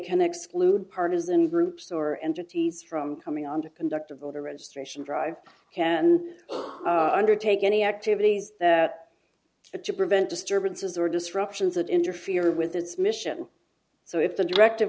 can exclude partisan groups or entities from coming on to conduct a voter registration drive and undertake any activities that are to prevent disturbances or disruptions that interfere with its mission so if the directive